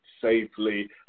safely